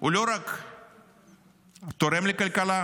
לא רק שהוא לא תורם לכלכלה,